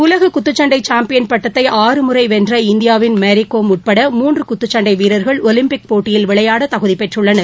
உலக குத்துச்சன்டை சாம்பியன் பட்டத்தை ஆறு முறை வென்ற இந்தியாவின் மேரிகோம் உட்பட மூன்று குத்துச்சண்டை வீரர்கள் ஒலிம்பிக் போட்டியில் விளையாட தகுதி பெற்றுள்ளனர்